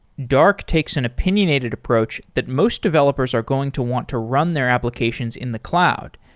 dark takes an opinionated approach that most developers are going to want to run their applications in the cloud,